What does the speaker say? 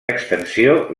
extensió